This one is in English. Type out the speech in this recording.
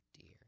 dear